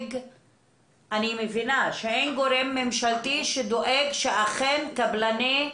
אני מבינה שאין גורם ממשלתי שדואג שאכן קבלני הבניין